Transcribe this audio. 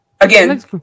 Again